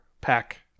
pack